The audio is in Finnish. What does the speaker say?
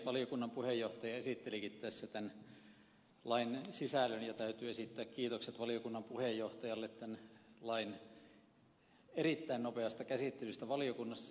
valiokunnan puheenjohtaja esittelikin tässä tämän lain sisällön ja täytyy esittää kiitokset valiokunnan puheenjohtajalle tämän lain erittäin nopeasta käsittelystä valiokunnassa